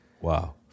Wow